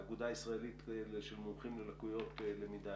האגודה הישראלית למומחים ללקויות למידה.